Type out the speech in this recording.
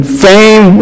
fame